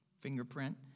fingerprint